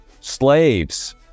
slaves